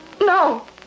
No